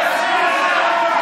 בושה.